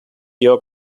dio